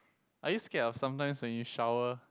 are you scared of sometimes when you shower